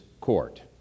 court